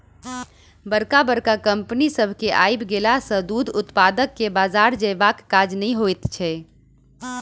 बड़का बड़का कम्पनी सभ के आइब गेला सॅ दूध उत्पादक के बाजार जयबाक काज नै होइत छै